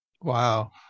wow